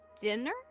dinner